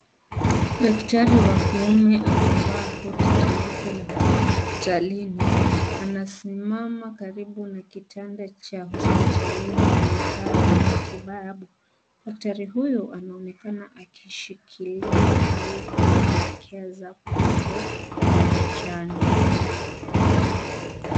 Daktari wa kiume amevaa koti jeupe la hospitalini. Anasimama karibu na kitanda cha hospitalini na vifaa vya matibabu. Daktari huyu, anaonekana akishikilia au kuelekeza puto la kijani.